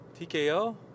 TKO